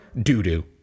doo-doo